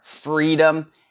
freedom